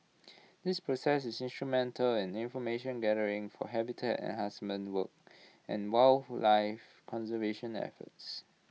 this process is instrumental in information gathering for habitat enhancement work and wildlife conservation efforts